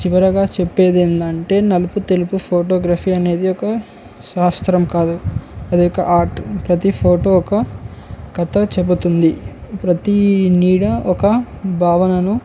చివరగా చెప్పేది ఏంటి అంటే నలుపు తెలుపు ఫోటోగ్రఫీ అనేది ఒక శాస్త్రం కాదు అది ఒక ఆర్ట్ ప్రతీ ఫోటో ఒక కథ చెబుతుంది ప్రతీ నీడ ఒక భావనను